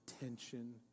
attention